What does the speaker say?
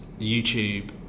YouTube